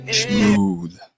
smooth